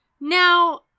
Now